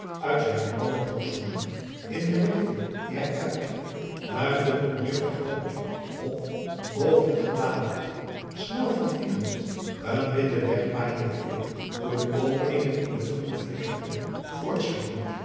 uit zijn droomerig soesen in de richting die hij uitkeek pluimde een driftig wolkje op boven het gebladerte snel vervliegend een witte wegwaaiende veer door de openingen in het groen flikkerde